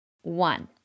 One